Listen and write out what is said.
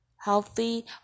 healthy